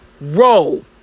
roll